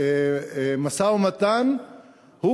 סנקציות מצד אחד ושל משא-ומתן,